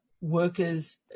workers